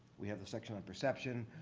we have the section on perception.